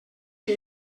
que